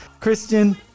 Christian